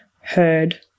heard